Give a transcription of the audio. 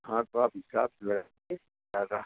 हाँ तो आप हिसाब से ज़्यादा